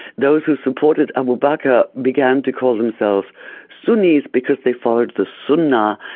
those who supported abu bakr began to call themselves sunnis because they followed the sunnah,